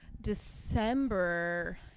December